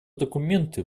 документы